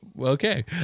okay